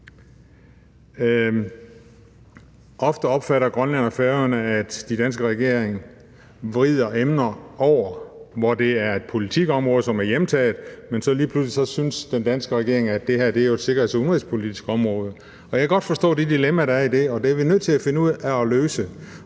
Ofte opfatter Grønland og Færøerne det sådan, at den danske regering vrider emner, hvor det drejer sig om et politikområde, som er hjemtaget, på den måde, at den danske regering lige pludselig synes, at det her er et sikkerheds- og udenrigspolitisk område. Jeg kan godt forstå det dilemma, der er i det, og det er vi nødt til at finde ud af at løse.